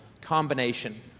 combination